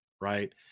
Right